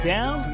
Down